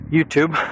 YouTube